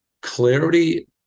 clarity